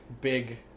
big